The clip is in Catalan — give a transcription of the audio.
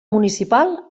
municipal